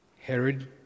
Herod